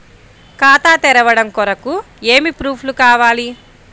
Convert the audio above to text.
ఖాతా తెరవడం కొరకు ఏమి ప్రూఫ్లు కావాలి?